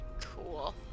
Cool